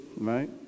right